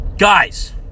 Guys